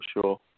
sure